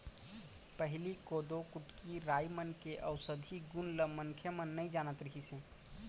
पहिली कोदो, कुटकी, राई मन के अउसधी गुन ल मनखे मन नइ जानत रिहिस हे